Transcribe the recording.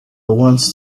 wants